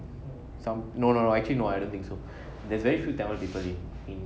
some no no actually no I don't think so there's very few tamil people in in